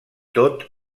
tot